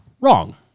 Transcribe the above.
wrong